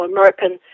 American